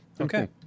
Okay